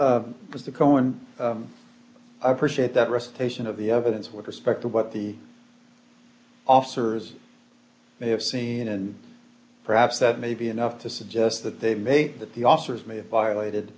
cohen appreciate that recitation of the evidence with respect to what the officers may have seen and perhaps that may be enough to suggest that they may that the officers may have violated